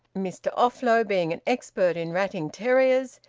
mr offlow being an expert in ratting terriers,